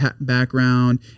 background